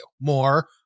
more